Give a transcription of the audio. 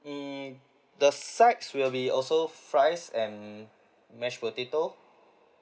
mm the sides will be also fries and mashed potato